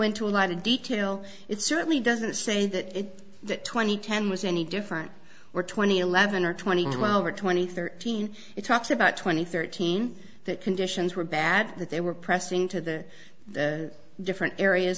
into a lot of detail it certainly doesn't say that that twenty ten was any different or twenty eleven or twenty two hour twenty thirteen it talks about twenty thirteen that conditions were bad that they were pressing to the different areas